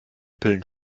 pillen